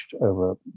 over